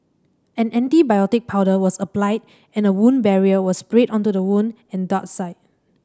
an antibiotic powder was applied and a wound barrier was sprayed onto the wound and dart site